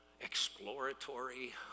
exploratory